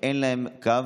ואין להם קו.